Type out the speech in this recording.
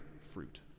fruit